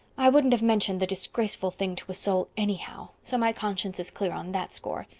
i wouldn't have mentioned the disgraceful thing to a soul anyhow, so my conscience is clear on that score.